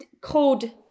code